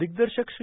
दिग्दर्शक श्री